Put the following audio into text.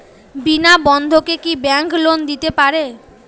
বিনা বন্ধকে কি bank loan দিতে পারে?